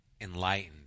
enlightened